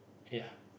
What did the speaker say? ya